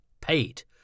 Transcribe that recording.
paid